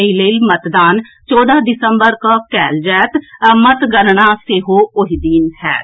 एहि लेल मतदान चौदह दिसम्बर के कएल जाएत आ मतगणना सेहो ओहि दिन होएत